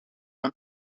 van